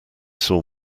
saw